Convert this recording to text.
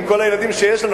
עם כל הילדים שיש לנו,